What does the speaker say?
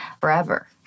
forever